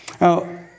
Now